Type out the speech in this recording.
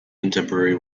contemporary